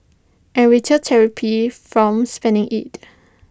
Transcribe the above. and retail therapy from spending IT